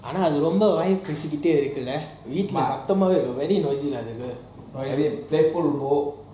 அனா அது ரொம்ப வாய் பேசிகிட்டயே இருக்குல்ல வீட்டுல சதமவெய் இருக்குமோ:ana athu romba vaai peasikitae irukula veetula sathamavey irukumo very noisy lah அது:athu playful